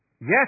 yes